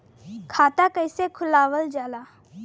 खाता कइसे खुलावल जाला?